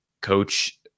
Coach